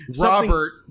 Robert